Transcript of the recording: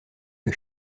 que